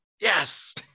Yes